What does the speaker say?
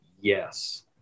Yes